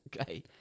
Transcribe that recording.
Okay